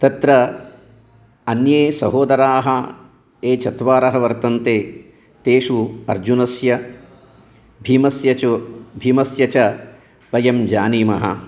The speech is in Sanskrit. तत्र अन्ये सहोदराः ए चत्वारः वर्तन्ते तेषु अर्जुनस्य भीमस्य च भीमस्य च वयं जानीमः